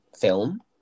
film